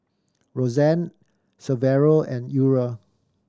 Roseanne Severo and Eura